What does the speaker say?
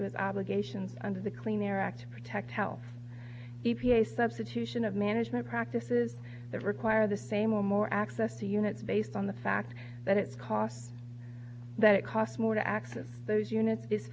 his obligations under the clean air act to protect health e p a substitution of management practices that require the same or more access to units based on the fact that its cost that it costs more to access those units is